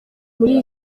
muri